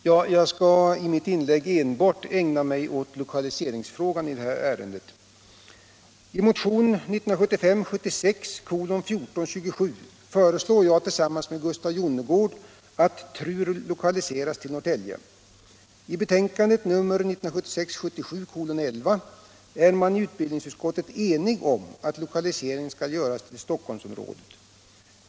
Herr talman! Jag skall i mitt inlägg enbart ägna mig åt lokaliseringsfrågan. I motion 1975 77:11 är man enig om att lokaliseringen skall göras till Stockholmsområdet.